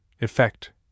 effect